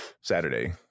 Saturday